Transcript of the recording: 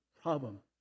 Problem